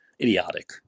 Idiotic